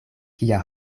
kia